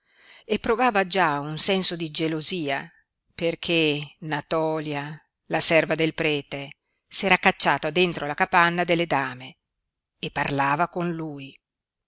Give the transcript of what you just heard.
e provava già un senso di gelosia perché natòlia la serva del prete s'era cacciata dentro la capanna delle dame e parlava con lui